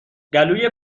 گلوی